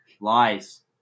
Lies